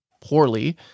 poorly